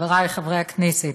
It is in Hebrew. חברי חברי הכנסת,